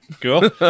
cool